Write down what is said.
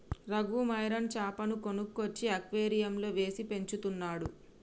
Raghu marine చాపను కొనుక్కొచ్చి అక్వేరియంలో వేసి పెంచుతున్నాడు